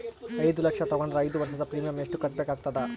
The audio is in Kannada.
ಐದು ಲಕ್ಷ ತಗೊಂಡರ ಐದು ವರ್ಷದ ಪ್ರೀಮಿಯಂ ಎಷ್ಟು ಕಟ್ಟಬೇಕಾಗತದ?